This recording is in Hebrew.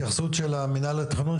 התייחסות של מינהל התכנון,